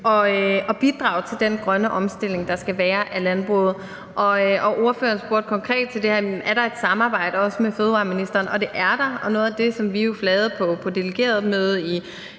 at bidrage til den grønne omstilling, der skal være af landbruget. Ordføreren spurgte konkret til det her med, om der er et samarbejde, også med fødevareministeren. Og det er der, og noget af det, som vi sagde ved delegeretmødet i